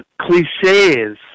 cliches